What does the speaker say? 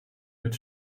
wird